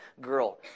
girl